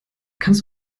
kannst